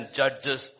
judges